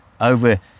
over